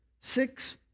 six